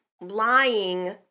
lying